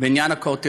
בעניין הכותל.